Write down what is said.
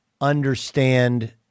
understand